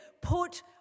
put